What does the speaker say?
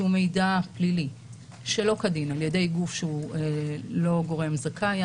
שהוא מידע פלילי שלא כדין על ידי גוף שהוא לא גורם זכאי,